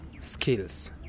skills